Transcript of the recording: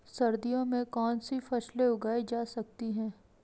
सर्दियों में कौनसी फसलें उगाई जा सकती हैं?